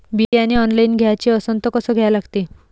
बियाने ऑनलाइन घ्याचे असन त कसं घ्या लागते?